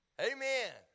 Amen